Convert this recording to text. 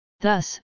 Thus